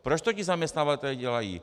Proč to ti zaměstnavatelé dělají?